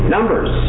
Numbers